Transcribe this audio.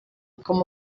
com